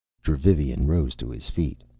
dravivian rose to his feet.